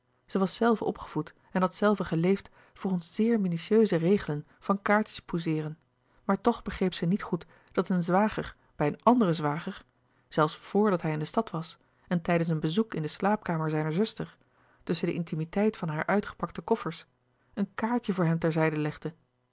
zij was zelve opgevoed en had zelve geleefd volgens zeer minutieuze regelen van kaartjes pousseeren maar toch begreep zij niet goed dat een zwager bij een anderen zwager zelfs vor dat hij in de stad was en tijdens een bezoek in de slaapkamer zijner zuster tusschen de intimiteit van hare uitgepakte koffers een kaartje voor hem ter zijde legde